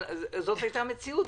זאת הייתה המציאות.